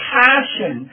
passion